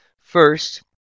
First